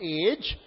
age